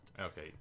okay